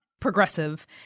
progressive